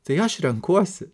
tai aš renkuosi